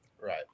Right